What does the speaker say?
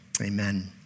Amen